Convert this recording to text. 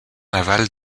navale